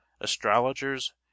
astrologers